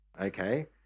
okay